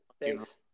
thanks